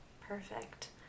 Perfect